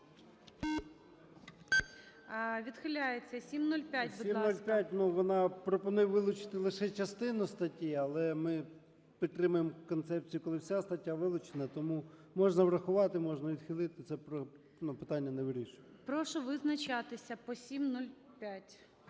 Відхиляється. 705, будь ласка. 12:59:32 ЧЕРНЕНКО О.М. 705, ну, вона пропонує вилучити лише частину статті, але ми підтримуємо концепцію, коли вся стаття вилучена, тому можна врахувати, можна відхилити. Ну, це питання не вирішує. ГОЛОВУЮЧИЙ. Прошу визначатися по 705.